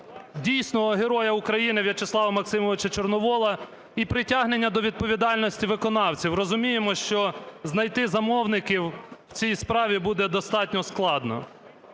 дійсного героя України В'ячеслава Максимовича Чорновола і притягнення до відповідальності виконавців. Розуміємо, що знайти замовників у цій справі буде достатньо складно.